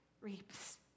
reaps